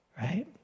right